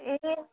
ए